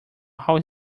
all